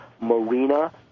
Marina